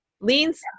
leans